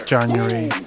January